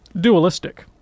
dualistic